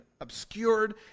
obscured